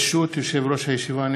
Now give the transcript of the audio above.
ברשות יושב-ראש הישיבה,